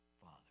Father